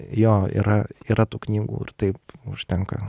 jo yra yra tų knygų ir taip užtenka